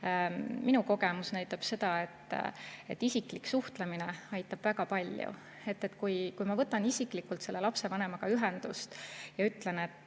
Minu kogemus näitab seda, et isiklik suhtlemine aitab väga palju. Kui ma võtan isiklikult selle lapsevanemaga ühendust ja ütlen: